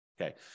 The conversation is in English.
Okay